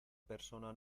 persona